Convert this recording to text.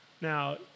Now